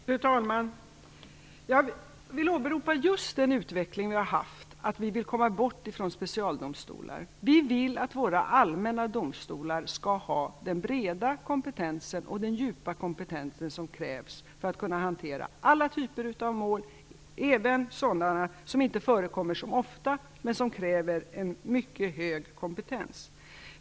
Fru talman! Jag vill åberopa just den utveckling som vi har haft, nämligen att vi vill komma bort från specialdomstolar. Vi vill att våra allmänna domstolar skall ha den breda och djupa kompetens som krävs för att man skall kunna hantera alla typer av mål, även sådana som inte förekommer så ofta men som kräver en mycket hög kompetens.